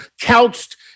couched